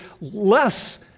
less